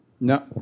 No